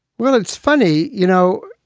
well, it's funny. you know,